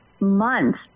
months